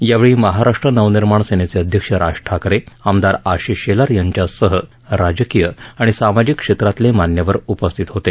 यावेळी महाराष्ट्र नवनिर्माण सेनेचे अध्यक्ष राज ठाकरे आमदार आशिष शेलार यांच्यासह राजकीय आणि सामाजिक क्षेत्रातले मान्यवर उपस्थित होते